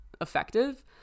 effective